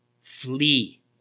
Flee